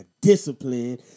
discipline